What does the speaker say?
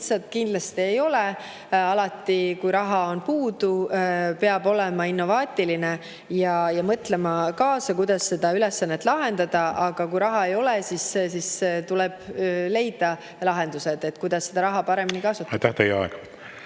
lihtsad? Kindlasti ei ole. Aga alati, kui raha on puudu, peab olema innovaatiline ja mõtlema kaasa, kuidas seda ülesannet lahendada. Kui raha ei ole, siis tuleb leida lahendused, kuidas olemasolevat raha paremini kasutada.